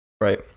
Right